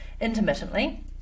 intermittently